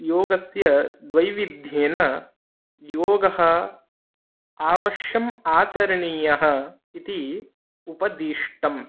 योगस्य द्वैविध्येन योगः अवश्यम् आचरणीयः इति उपदिष्टम्